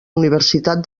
universitat